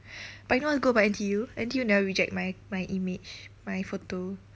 but you know what's good about N_T_U N_T_U never reject my my image my photo